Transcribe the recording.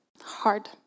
hard